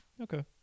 okay